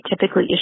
typically